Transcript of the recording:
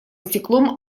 стеклом